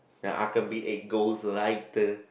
uh I can be a ghost lighter